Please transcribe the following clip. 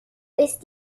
ist